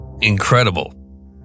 Incredible